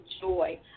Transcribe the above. joy